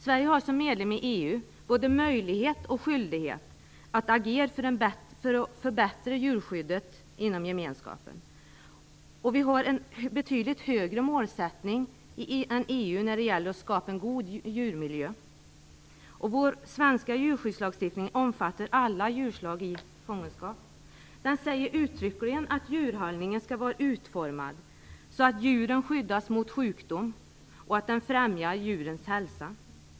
Sverige har som medlem i EU såväl möjlighet som skyldighet att agera för att förbättra djurskyddet inom gemenskapen. Vi har en betydligt högre målsättning än EU när det gäller att skapa en god djurmiljö. Vår svenska djurskyddslagstiftning omfattar alla djurslag i fångenskap. Den säger uttryckligen att djurhållningen skall vara utformad så att djuren skyddas mot sjukdom och att deras hälsa främjas.